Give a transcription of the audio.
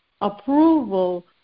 approval